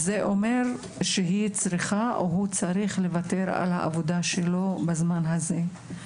זה אומר שהיא צריכה או הוא צריך לוותר על העבודה שלו בזמן הזה,